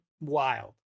Wild